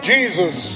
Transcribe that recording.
Jesus